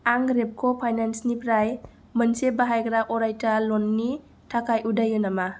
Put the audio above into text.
आं रेपक' फाइनेन्सनिफ्राय मोनसे बाहायग्रा अरायथा ल'ननि थाखाय उदायो नामा